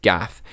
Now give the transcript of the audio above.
Gath